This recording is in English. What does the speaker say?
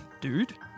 dude